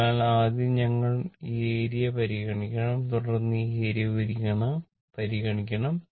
അതിനാൽ ആദ്യം ഞങ്ങൾ ഈ ഏരിയ പരിഗണിക്കണം തുടർന്ന് ഈ ഏരിയ പരിഗണിക്കണം